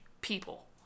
people